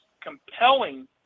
compelling